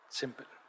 simple